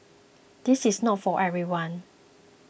this is not for everyone